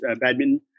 badminton